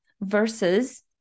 versus